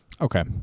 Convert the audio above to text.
Okay